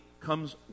comes